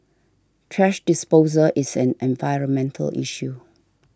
thrash disposal is an environmental issue